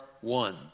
one